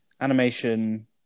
Animation